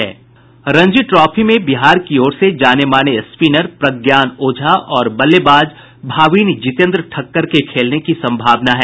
Ranji trophy में बिहार की ओर से जाने माने स्पिनर प्रज्ञान ओझा और बल्लेबाज भाविन जितेन्द्र ठक्कर के खेलने की सम्भावना है